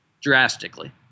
Drastically